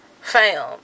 fam